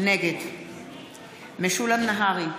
נגד משולם נהרי,